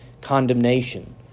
condemnation